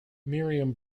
miriam